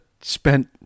spent